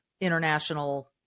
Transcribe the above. international